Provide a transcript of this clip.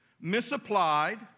misapplied